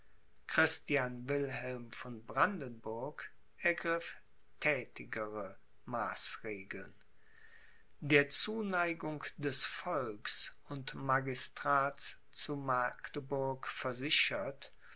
christian wilhelm von brandenburg ergriff thätigere maßregeln der zuneigung des volks und magistrats zu magdeburg versichert